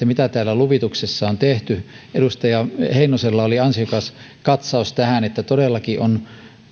mitä luvituksessa on kaiken kaikkiaan tehty edustaja heinosella oli ansiokas katsaus tähän että todellakin on